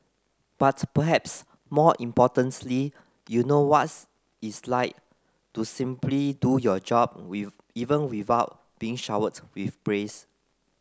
but perhaps more importantly you know what's it's like to simply do your job even without being showered with praise